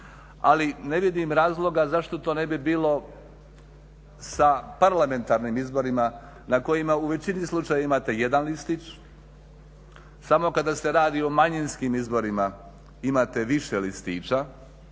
Ali ne vidim razloga zašto to ne bi bilo sa parlamentarnim izborima na kojima u većini slučajeva imate jedan listić, samo kada se radi o manjinskim izborima imate više listića,